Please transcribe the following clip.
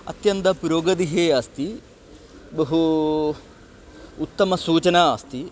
अत्यन्तं पुरोगतिः अस्ति बहु उत्तम सूचना अस्ति